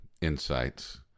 insights